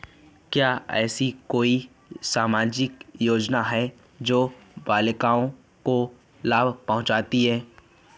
क्या ऐसी कोई सामाजिक योजनाएँ हैं जो बालिकाओं को लाभ पहुँचाती हैं?